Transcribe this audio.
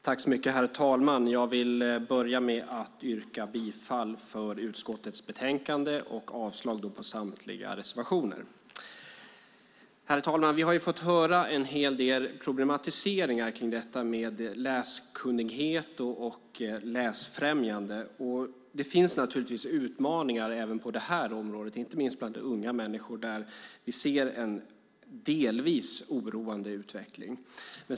Herr talman! Jag vill börja med att yrka bifall till utskottets förslag i betänkandet och avslag på samtliga reservationer. Herr talman! Vi har fått höra en hel del problematiseringar kring detta med läskunnighet och läsfrämjande. Det finns utmaningar även på detta område inte minst bland unga människor där vi ser en delvis oroande utveckling.